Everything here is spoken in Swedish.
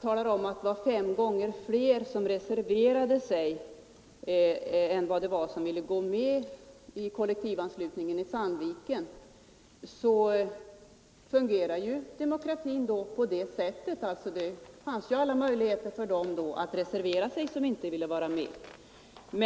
talar om att det var fem gånger fler som reserverade sig än som ville gå med i kollektivanslutningen i Sandviken, att det visar att demokratin fungerar. Det fanns alla möjligheter för dem som inte ville vara med att reservera sig.